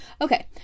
Okay